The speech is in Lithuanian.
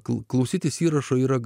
kol klausytis įrašo yra